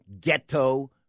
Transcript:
ghetto